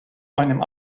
einem